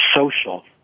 social